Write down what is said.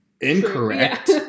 incorrect